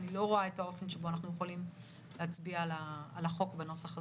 אני לא רואה את האופן שבו אנחנו יכולים להצביע על החוק בנוסח הזה.